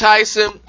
Tyson